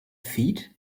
feet